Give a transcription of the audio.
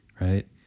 right